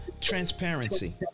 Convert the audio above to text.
transparency